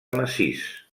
massís